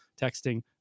texting